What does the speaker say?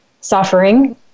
suffering